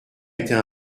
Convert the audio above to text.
était